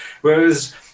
whereas